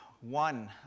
one